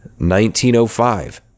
1905